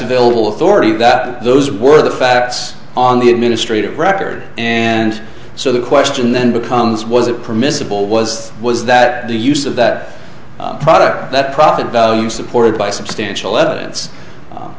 available authority that those were the facts on the administrative record and so the question then becomes was it permissible was was that the use of that product that profit value supported by substantial evidence